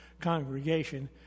congregation